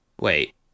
Wait